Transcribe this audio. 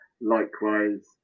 Likewise